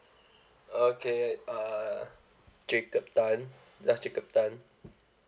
okay uh jacob tan just jacob tan